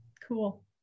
cool